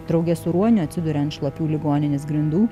drauge su ruoniu atsiduria ant šlapių ligoninės grindų